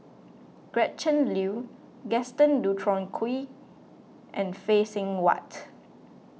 Gretchen Liu Gaston Dutronquoy and Phay Seng Whatt